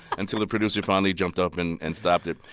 until the producer finally jumped up and and stopped it.